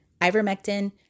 ivermectin